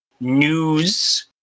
news